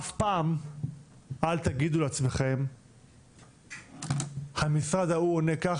אף פעם אל תגידו לעצמכם 'המשרד ההוא עונה כך,